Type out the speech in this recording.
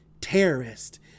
terrorist